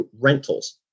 rentals